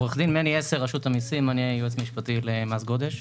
אני מרשות המיסים, אני היועץ המשפטי למס גודש.